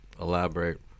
elaborate